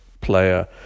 player